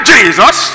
Jesus